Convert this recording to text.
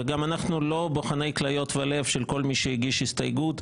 ואנחנו גם לא בוחני כליות ולב של כל מי שהגיש הסתייגות,